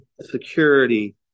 security